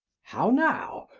how now?